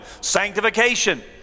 sanctification